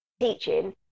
teaching